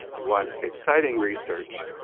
one exciting research,